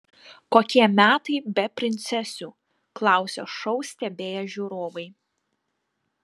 kokie metai be princesių klausė šou stebėję žiūrovai